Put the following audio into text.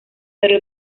pero